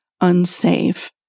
unsafe